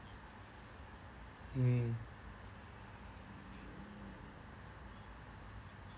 mm